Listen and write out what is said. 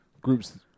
groups